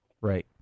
Right